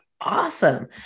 awesome